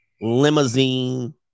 limousine